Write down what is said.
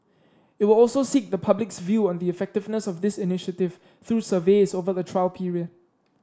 it will also seek the public's view on the effectiveness of this initiative through surveys over the trial period